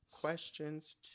questions